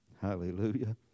Hallelujah